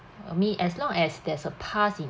I mean as long as there is a pass in